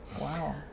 Wow